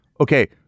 Okay